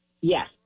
yes